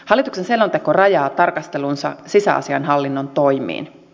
hallituksen selonteko rajaa tarkastelunsa sisäasiainhallinnon toimiin